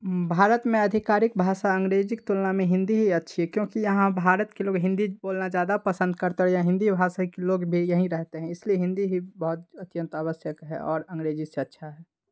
भारत में आधिकारिक भाषा अंग्रेजी की तुलना में हिंदी ही अच्छी क्योंकि यहाँ भारत के लोग हिंदी बोलना ज़्यादा पसंद करते हैं हिंदी भाषा की लोग भी यहीं रहते हैं इसलिए हिन्दी ही बहुत अत्यंत आवश्यक है और अंग्रेजी से अच्छा है